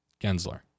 Gensler